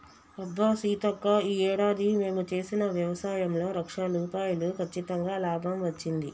అబ్బా సీతక్క ఈ ఏడాది మేము చేసిన వ్యవసాయంలో లక్ష రూపాయలు కచ్చితంగా లాభం వచ్చింది